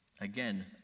Again